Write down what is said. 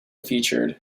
featured